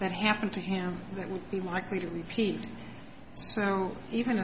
that happened to him that would be likely to repeat so even